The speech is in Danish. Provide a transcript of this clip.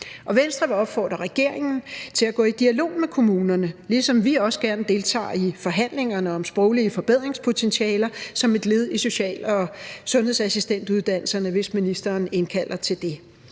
Venstre vil opfordre regeringen til at gå i dialog med kommunerne, ligesom vi også gerne deltager i forhandlingerne om sproglige forbedringspotentialer som et led i social- og sundhedsassistentuddannelserne, hvis ministeren indkalder til det.